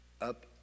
up